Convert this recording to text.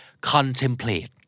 Contemplate